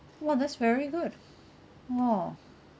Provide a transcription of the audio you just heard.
!wah! that's very good !wow!